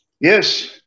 Yes